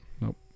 Nope